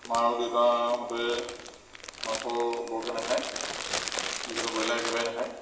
মা আৰু দেউতাহঁতে মাংস বৰকৈ নাখায় বিশেষকৈ ব্ৰইলাৰ একেবাৰেই নাখায়